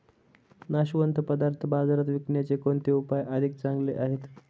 नाशवंत पदार्थ बाजारात विकण्याचे कोणते उपाय अधिक चांगले आहेत?